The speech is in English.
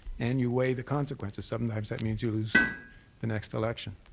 and you weigh the consequences. sometimes that means you lose the next election.